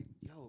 yo